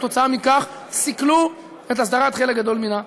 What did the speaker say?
וכתוצאה מכך סיכלו את הסדרת חלק גדול מן החוות.